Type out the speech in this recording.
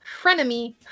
frenemy